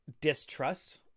distrust